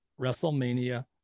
WrestleMania